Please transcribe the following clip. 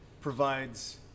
provides